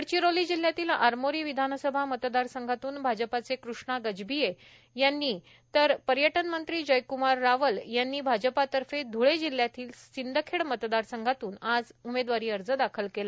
गडचिरोली जिल्ह्यातील आरमोरी विधानसभा मतदारसंघातून भारतीय जनता पक्षाचे कृष्णा गजभिये यांनी तर पर्यटनमंत्री जयक्मार रावल यांनी भारतीय जनता पक्षाकडून ध्वळे जिल्ह्यातील सिंदखेड मतदारसंघातून आज उमेदवारी अर्ज दाखील केला